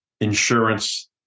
insurance